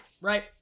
right